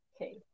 Okay